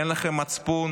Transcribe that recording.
אין לכם מצפון,